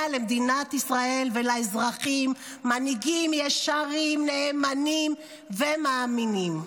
ישראל ולאזרחים מנהיגים ישרים, נאמנים ומאמינים.